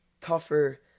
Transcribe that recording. tougher